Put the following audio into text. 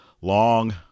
Long